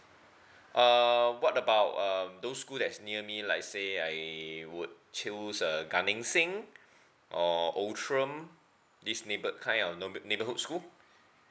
uh what about um those school that is near me like say I would choose uh gan eng seng or outram this neighbour kind of neighbo~ neighbourhood school